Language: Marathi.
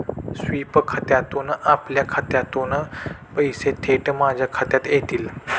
स्वीप खात्यातून आपल्या खात्यातून पैसे थेट माझ्या खात्यात येतील